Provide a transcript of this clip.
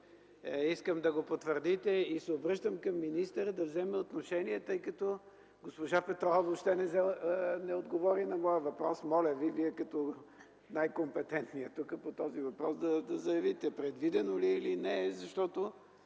Искам да го потвърдите. Обръщам се и към министъра да вземе отношение, тъй като госпожа Петрова въобще не отговори на моя въпрос. Моля Ви Вие, като най-компетентния тук по този въпрос, да заявите предвидено ли е или не е. Защото